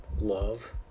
love